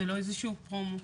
זה לא איזשהו פרומו,